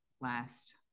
last